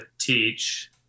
teach